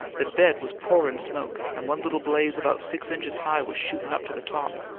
the bed was pourin' smoke and one little blaze about six inches high was shootin' up to the top.